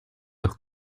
leurs